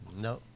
No